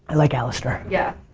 like alastair. yeah,